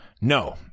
No